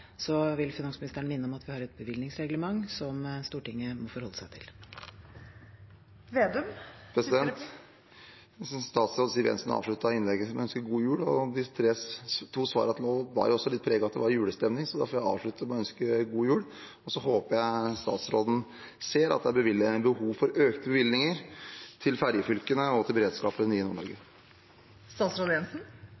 vil finansministeren minne om at vi har et bevilgningsreglement som Stortinget må forholde seg til. Ettersom statsråd Siv Jensen avsluttet innlegget sitt med å ønske god jul – og de to svarene til nå bar jo også litt preg av at det var julestemning – får også jeg avslutte med å ønske god jul. Og så håper jeg statsråden ser at det er behov for økte bevilgninger til ferjefylkene og til beredskapen i